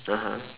(uh huh)